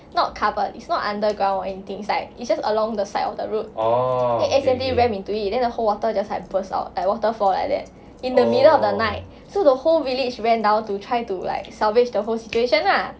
not covered it's not underground or anything it's like it's just along the side of the road then accidentally ramp into it then the whole water just like burst out like waterfall like that in the middle of the night so the whole village ran down to try to like salvage the whole situation lah